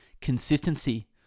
consistency